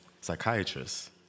psychiatrist